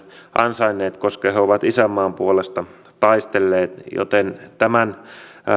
ansainneet koska he he ovat isänmaan puolesta taistelleet joten